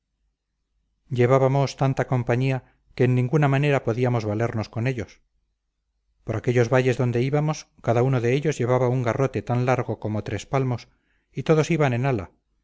llevábamos tanta compañía que en ninguna manera podíamos valernos con ellos por aquellos valles donde íbamos cada uno de ellos llevaba un garrote tan largo como tres palmos y todos iban en ala